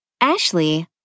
Ashley